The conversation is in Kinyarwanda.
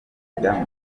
kwiga